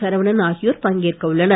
சரவணன் ஆகியோர் பங்கேற்க உள்ளனர்